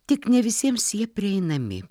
tik ne visiems jie prieinami